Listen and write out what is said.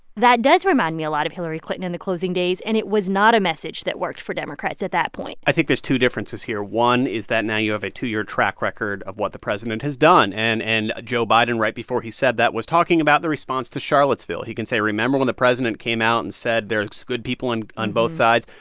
that does remind me a lot of hillary clinton in the closing days. and it was not a message that worked for democrats at that point i think there's two differences here. one is that now you have a two-year track record of what the president has done. and and joe biden, right before he said that, was talking about the response to charlottesville. he can say, remember when the president came out and said there are good people on on both sides?